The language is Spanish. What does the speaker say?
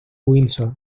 windsor